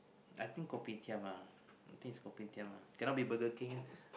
I think kopitiam lah I think is kopitiam uh cannot be Burger-King